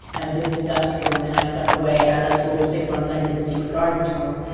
and i did an industrial. and then i snuck away and i left school for six months and i did the secret garden tour.